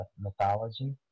mythology